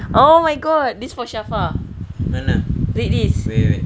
oh my god this for shafa read this